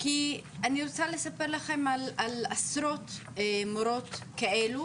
כי אני רוצה לספר לכם על עשרות מורות כאלו,